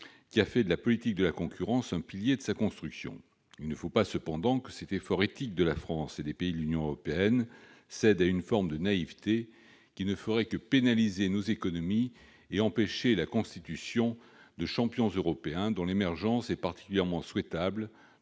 qui a fait de la politique de la concurrence un pilier de sa construction. Il ne faut pas cependant que cet effort éthique de la France et des pays de l'Union européenne cède à une forme de naïveté, qui ne ferait que pénaliser nos économies et empêcher la constitution de champions européens, dont l'émergence est particulièrement souhaitable